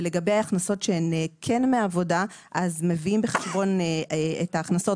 ולגבי הכנסות שהן כן מעבודה אז מביאים בחשבון את ההכנסות